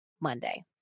Monday